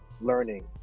learning